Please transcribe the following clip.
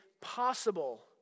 possible